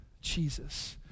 Jesus